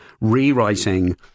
rewriting